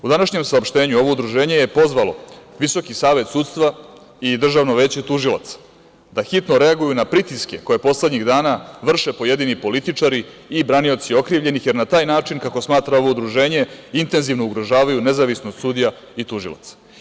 U današnjem saopštenju ovo udruženje je pozvalo Visoki savet sudstva i Državno veće tužilaca da hitno reaguju na pritiske koje poslednjih dana vrše pojedini političari i branioci okrivljenih jer na taj način, kako smatra ovo udruženje, intenzivno ugrožavaju nezavisnost sudija i tužilaca.